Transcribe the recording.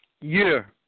year